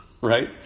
Right